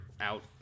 out